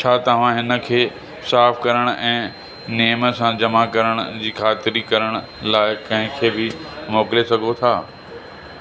छा तवां हिन खे साफ करणु ऐं नेम सां जमा करण जी खातिरी करण लाइ कंहिं खे बि मोकिले सघो था